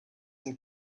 and